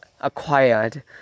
acquired